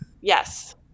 Yes